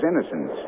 innocence